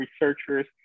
researchers